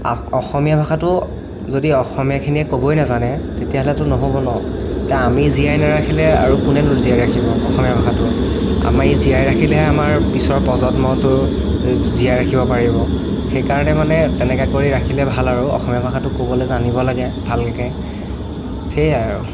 অসমীয়া ভাষাটো যদি অসমীয়াখিনিয়ে ক'বই নাজানে তেতিয়াহ'লেতো নহ'ব ন' এতিয়া আমি জীয়াই নাৰাখিলে আৰু কোনেনো জীয়াই ৰাখিব অসমীয়া ভাষাটো আমি জীয়াই ৰাখিলেহে আমাৰ পিছৰ প্ৰজন্মটো জীয়াই ৰাখিব পাৰিব সেইকাৰণে মানে তেনেকৈ কৰি ৰাখিলে ভাল আৰু অসমীয়া ভাষাটো ক'বলৈ জানিব লাগে ভালকে সেয়াই আৰু